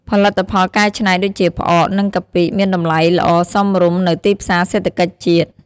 ផលិតផលកែច្នៃដូចជា ផ្អក និងកាពិមានតំលៃល្អសមរម្យនៅទីផ្សាសេដ្ឋកិច្ចជាតិ។